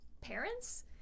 parents